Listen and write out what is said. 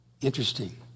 interesting